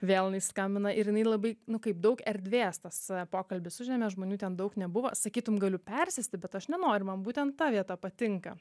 vėl jinai skambina ir jinai labai nu kaip daug erdvės tas pokalbis užėmė žmonių ten daug nebuvo sakytum galiu persėsti bet aš nenoriu man būtent ta vieta patinka